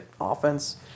offense